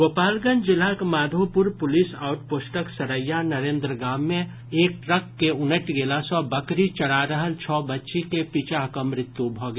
गोपालगंज जिलाक Madhopur police out पोस्टक सरैया नरेन्द्र गाम मे एक ट्रक के उनटि गेला सँ बकरी चरा रहल छओ बच्ची के पीचा कऽ मृत्यु भऽ गेल